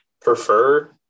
prefer